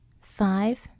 five